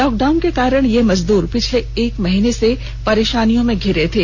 lock down के कारण ये मजदूर पिछले एक माह से परेशानियों में धिरे हुए थे